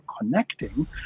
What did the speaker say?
connecting